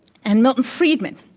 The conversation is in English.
and milton friedman.